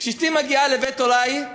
כשאשתי מגיעה לבית הורי,